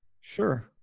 sure